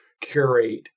curate